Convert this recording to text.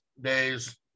days